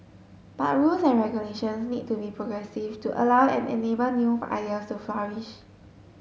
but rules and regulations need to be progressive to allow and enable new idea so flourish